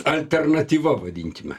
alternatyva vadinkime